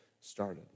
started